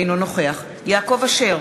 אינו נוכח יעקב אשר,